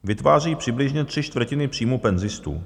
Vytvářejí přibližně tři čtvrtiny příjmů penzistů.